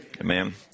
amen